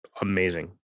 amazing